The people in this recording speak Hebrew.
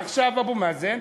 עכשיו אבו מאזן.